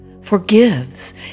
forgives